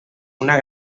una